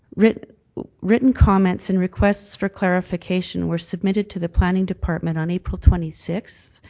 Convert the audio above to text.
written written comments and requests for clarification were submitted to the planning department on april twenty sixth,